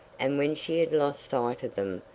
and when she had lost sight of them,